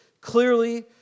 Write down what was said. clearly